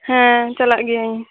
ᱦᱮᱸ ᱪᱟᱞᱟᱜ ᱜᱤᱭᱟᱹᱧ